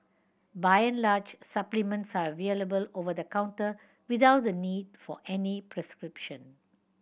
by and large supplements are available over the counter without a need for any prescription